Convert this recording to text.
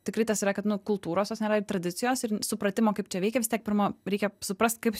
tikrai tas yra kad nu kultūros tos nėra ir tradicijos ir supratimo kaip čia veikia vis tiek pirma reikia suprast kaip